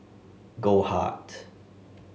goldheart